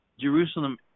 Jerusalem